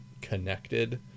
connected